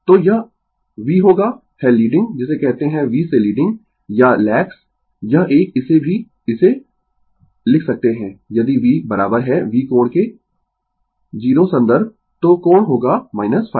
तो यह v होगा है लीडिंग जिसे कहते है V से लीडिंग या लैग्स यह एक इसे भी इसे लिख सकते है यदि v बराबर है V कोण के 0 संदर्भ तो कोण होगा ϕ